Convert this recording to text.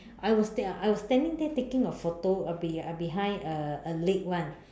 I was there I was standing there taking a photo of be~ uh behind a lake [one]